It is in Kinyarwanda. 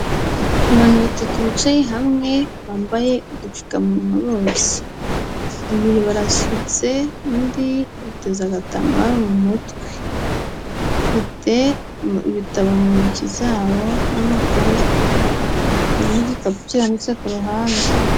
Abantu batatu bicaye hamwe bambaye udupfukamunwa bose. Babiri barasutse, undi ateza agatambaro mu mutwe. Bafite ibitabo mu ntoki zabo n'amakaye, hari n'igikapu kirambitse ku ruhande.